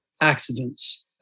accidents